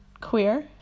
queer